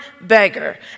beggar